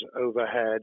overhead